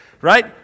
right